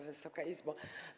Wysoka Izbo!